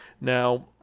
Now